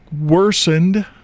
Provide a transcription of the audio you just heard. worsened